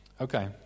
Okay